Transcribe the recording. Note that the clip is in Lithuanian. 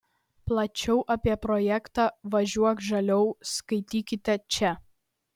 plačiau apie projektą važiuok žaliau skaitykite čia